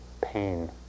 pain